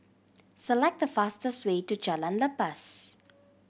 select the fastest way to Jalan Lepas